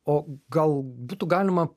o gal būtų galima